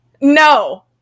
No